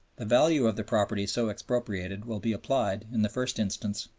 the value of the property so expropriated will be applied, in the first instance,